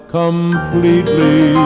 completely